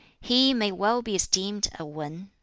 he may well be esteemed a wan,